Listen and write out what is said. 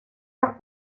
las